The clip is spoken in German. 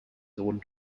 sohn